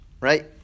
right